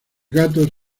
gatos